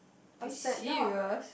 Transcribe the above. are you serious